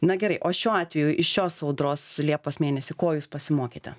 na gerai o šiuo atveju iš šios audros liepos mėnesį ko jūs pasimokėte